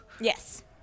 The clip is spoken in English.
Yes